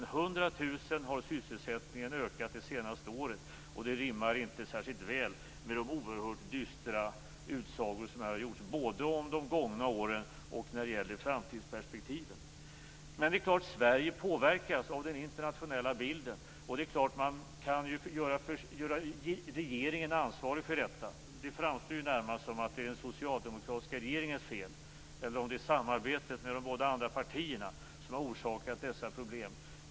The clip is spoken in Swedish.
Men 100 000 personer har sysselsättningen ökat med det senaste året, och det rimmar inte särskilt väl med de oerhört dystra utsagor som här har gjorts både om de gångna åren och om framtiden. Det är klart att Sverige påverkas av den internationella bilden, och man kan ju göra regeringen ansvarig för detta. Det framstår ju närmast som att allt är den socialdemokratiska regeringens fel, eller också är det samarbetet med de båda andra partierna som har orsakat dessa problem.